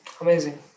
amazing